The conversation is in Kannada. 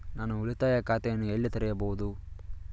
ನಾನು ಉಳಿತಾಯ ಖಾತೆಯನ್ನು ಎಲ್ಲಿ ತೆರೆಯಬಹುದು?